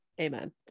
Amen